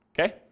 Okay